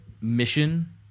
mission